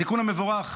התיקון המבורך